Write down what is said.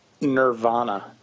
Nirvana